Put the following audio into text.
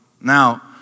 Now